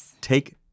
take—